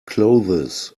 clothes